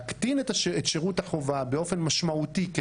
שירות החובה באופן משמעותי מאוד,